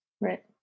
right